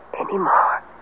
anymore